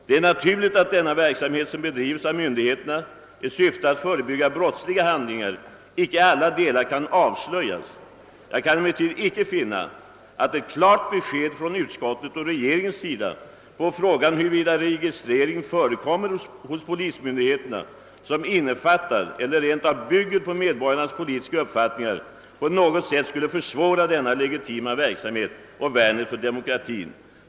Det är naturligt att den verksamhet som bedrives av myndigheterna i syfte att förebygga brottsliga handlingar icke i alla delar kan avslöjas. Jag kan emellertid icke finna, att ett klart besked från utskottets och regeringens sida på frågan, huruvida hos polismyndigheterna förekommer registrering som innefattar eller rent av bygger på medborgarnas politiska uppfattningar, på något sätt skulle försvåra denna legitima verksamhet och värnet för demokratin.